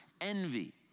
envy